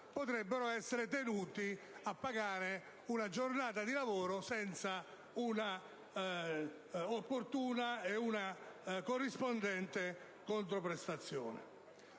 potrebbero essere tenuti a pagare una giornata di lavoro senza un'opportuna e corrispondente controprestazione.